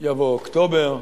יבוא אוקטובר,